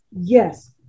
yes